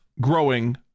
growing